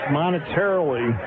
monetarily